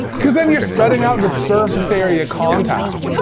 cause then you're spreading out the surface area contact. yeah